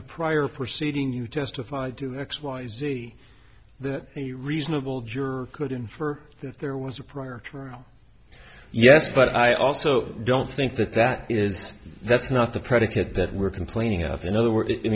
a prior proceeding you testified do x y z that any reasonable juror could infer that there was a prior yes but i also don't think that that is that's not the predicate that we're complaining of in other words